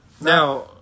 Now